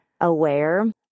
aware